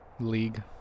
league